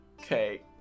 Okay